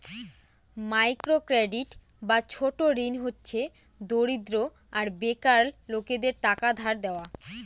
micro credit বা ছোট ঋণ হচ্ছে দরিদ্র আর বেকার লোকেদের টাকা ধার দেওয়া